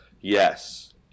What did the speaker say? Yes